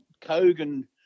Kogan